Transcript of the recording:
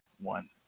one